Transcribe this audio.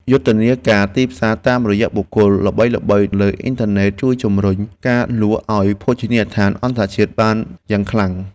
យុទ្ធនាការទីផ្សារតាមរយៈបុគ្គលល្បីៗលើអ៊ីនធឺណិត ជួយជម្រុញការលក់ឱ្យភោជនីយដ្ឋានអន្តរជាតិបានយ៉ាងខ្លាំង។